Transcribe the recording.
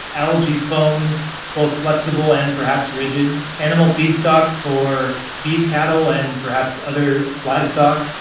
algae foams, both flexible and perhaps rigid, animal feedstock for beef cattle and perhaps other livestock,